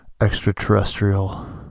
extraterrestrial